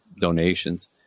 donations